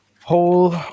whole